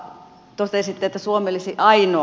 totesitte että suomi olisi ainoa